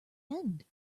end